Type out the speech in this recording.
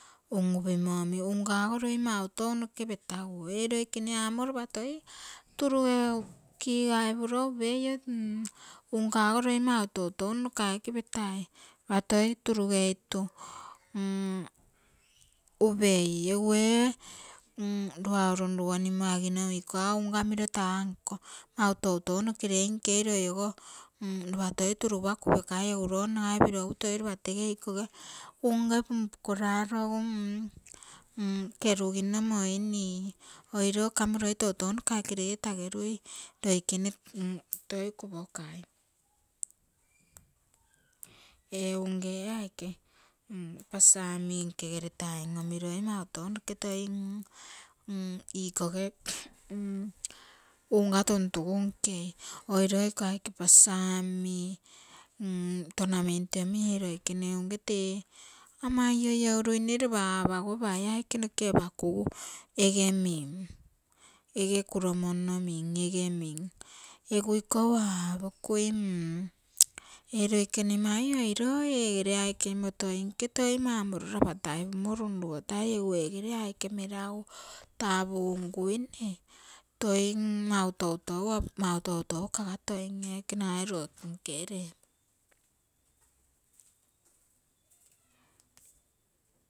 Un-upimo omi, unga ogo toi mau tounokr petaguo, ee loikene amo lopa toi turuge kigai puro upeio. Unga ogo loi mau toutou nokaike petai lopa toi turugeitu upei egu ee mm luau runrugomimo agino miro ikoga unga taa nko toutou nokeieinkei loi ogo lopatoi turugupa kupokai egu loo nagai piro egu lopatoi tege ikoge unge pumpukuraro egu mm, kerugino moini oiro kamo loi toutou nokaike loi e tagerui, loikene toi kupokai ee unge ee aike pasa omi nkegere taim omi loi mau tounoke toi ikoge unga tuntugu nkei, oiro iko aike pasa omi tonamenyi omi ee loikene unge tee ama ioiouruine lopa aapaguo paie aike noke apaku ege min, ege kuromonno mim, ege mim, egu ikou aapokui ee loikene mai oiro eegere aike imotoi nke toi mau moriro rapataipumo runrugotai, egu ege aike melagu taa punguine toi mm mau toutou kagatoim ee aike nagai lotu nke.